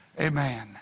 Amen